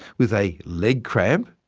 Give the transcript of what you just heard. with a leg cramp,